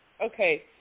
okay